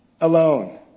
alone